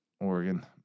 Oregon